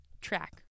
track